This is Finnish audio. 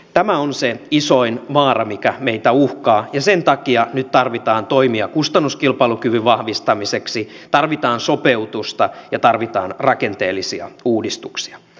tämä on se isoin vaara mikä niitä uhkaa ja sen takia nyt tarvitaan toimia kustannuskilpailukyvyn vahvistamiseksi tarvitaan sopeutusta ja tarvitaan rakenteellisia uudistuksia